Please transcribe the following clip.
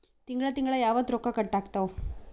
ತಿಂಗಳ ತಿಂಗ್ಳ ಯಾವತ್ತ ರೊಕ್ಕ ಕಟ್ ಆಗ್ತಾವ?